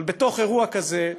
אבל בתוך אירוע כזה,